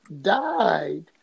died